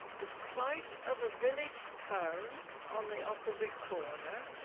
the site of a village pound on the opposite corner.